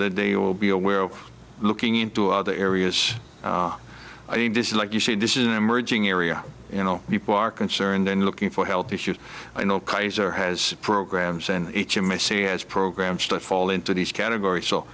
that they will be aware of looking into other areas i mean this is like you see this is an emerging area you know people are concerned and looking for health issues i know kaiser has programs and each of my see has programs to fall into these categor